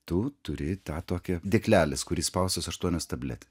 tu turi tą tokią dėklelis kur įspaustos aštuonios tabletės